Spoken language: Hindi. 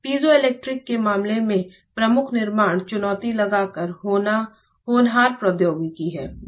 पीजोइलेक्ट्रिक के मामले में प्रमुख निर्माण चुनौती लगातार होनहार प्रौद्योगिकी है